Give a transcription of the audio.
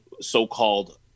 so-called